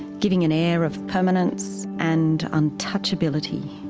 giving an air of permanence and untouchability.